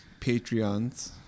Patreons